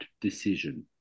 decision